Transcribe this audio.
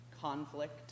conflict